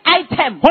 item